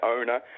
owner